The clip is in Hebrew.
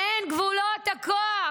אין גבולות לכוח.